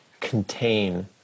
contain